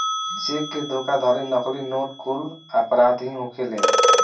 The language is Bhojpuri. चेक के धोखाधड़ी, नकली नोट कुल अपराध ही होखेलेन